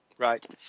Right